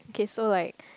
okay so like